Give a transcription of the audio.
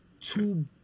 two